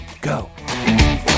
go